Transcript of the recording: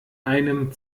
einem